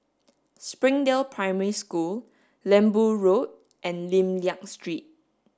Springdale Primary School Lembu Road and Lim Liak Street